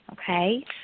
Okay